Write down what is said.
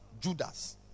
Judas